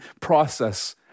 process